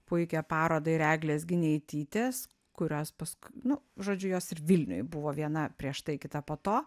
puikią parodą ir eglės gineitytės kurios pasku nu žodžiu jos ir vilniuj buvo viena prieš tai kita po to